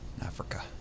Africa